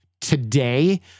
today